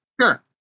Sure